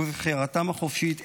ובבחירתם החופשית,